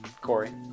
Corey